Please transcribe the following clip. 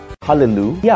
Hallelujah